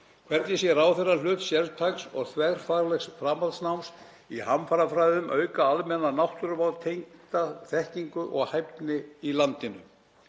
Hvernig sér ráðherra hlut sértæks og þverfaglegs framhaldsnáms í hamfarafræðum auka almennan náttúruvártengda þekkingu og hæfni í landinu?